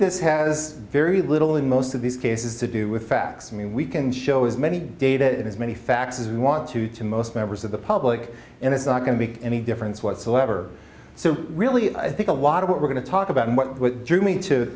this has very little in most of these cases to do with facts and we can show as many data in as many facts as we want to to most members of the public and it's not going to make any difference whatsoever so really i think a lot of what we're going to talk about and what drew me to